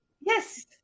Yes